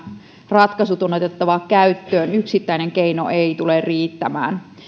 ratkaisut on otettava käyttöön yksittäinen keino ei tule riittämään